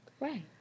Right